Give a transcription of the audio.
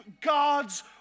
God's